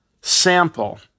sample